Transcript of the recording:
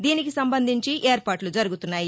దీనికి సంబంధించి ఏర్పాట్ల జరుగుతున్నాయి